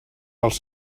pels